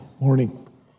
morning